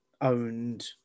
owned